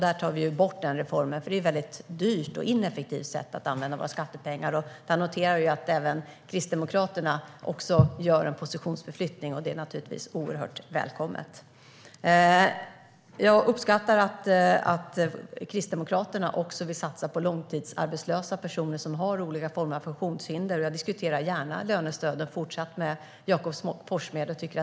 Det är ett dyrt och ineffektivt sätt att använda våra skattepengar. Där noterar vi att även Kristdemokraterna gör en positionsförflyttning, och det är naturligtvis oerhört välkommet. Jag uppskattar att Kristdemokraterna också vill satsa på långtidsarbetslösa personer som har olika former av funktionshinder. Jag diskuterar gärna även i fortsättningen lönestöd med Jakob Forssmed.